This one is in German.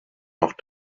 noch